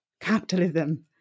capitalism